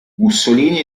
mussolini